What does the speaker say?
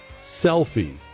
selfie